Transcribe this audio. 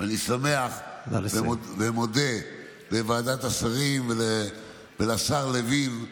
אני שמח ומודה לוועדת השרים ולשר לוין,